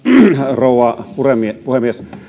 rouva puhemies